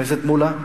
חבר הכנסת מולה,